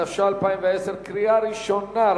התש"ע 2010. קריאה ראשונה,